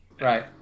right